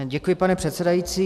Děkuji, pane předsedající.